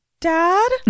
dad